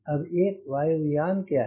अब एक वायु यान क्या है